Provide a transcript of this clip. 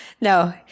no